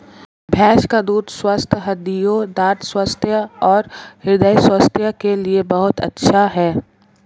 भैंस का दूध स्वस्थ हड्डियों, दंत स्वास्थ्य और हृदय स्वास्थ्य के लिए बहुत अच्छा है